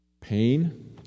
pain